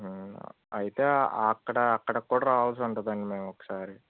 అయితే అక్కడ అక్కడకి కూడా రావాల్సి ఉంటుంది అండి మేము ఒకసారి